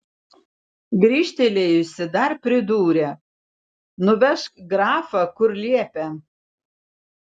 grįžtelėjusi dar pridūrė nuvežk grafą kur liepė